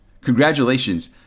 congratulations